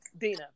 Dina